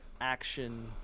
action –